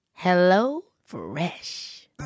HelloFresh